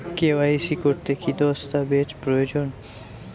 KYC করতে কি দস্তাবেজ প্রয়োজন?